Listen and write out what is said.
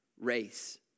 race